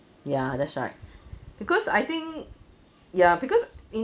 ya that's right because I think ya because in